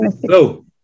Hello